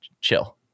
chill